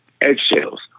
eggshells